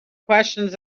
questions